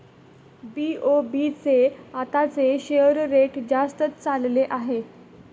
BOB चे आताचे share rate जास्तच चालले आहे